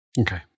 Okay